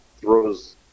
throws